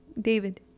David